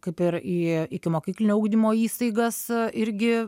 kaip ir į ikimokyklinio ugdymo įstaigas irgi